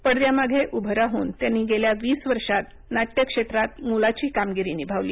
पडद्यामागे उभे राहृन त्यांनी गेल्या वीस वर्षात नाट्यक्षेत्रात मोलाची कामगिरी निभावली